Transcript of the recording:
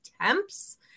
attempts